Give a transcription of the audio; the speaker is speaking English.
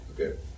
Okay